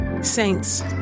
Saints